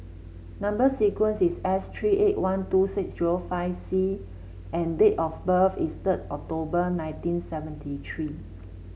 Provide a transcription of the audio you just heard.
number sequence is S three eight one two six zero five C and date of birth is third October nineteen seventy three